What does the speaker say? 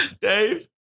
Dave